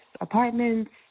apartments